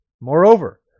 Moreover